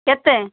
କେତେ